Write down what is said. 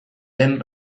den